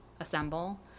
assemble